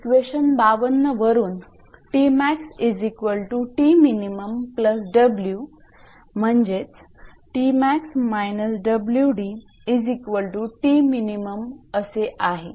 equation 52 वरून 𝑊𝑑 म्हणजे असे आहे